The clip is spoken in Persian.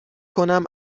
کنم